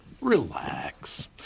Relax